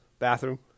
Bathroom